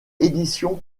édition